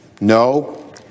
No